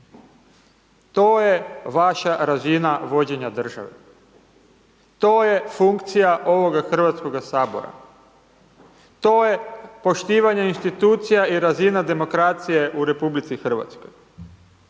To je vaša razina vođenja države, to je funkcija ovoga HS-a, to je poštivanje institucija i razina demokracije u RH…/Upadica: